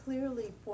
Clearly